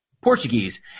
Portuguese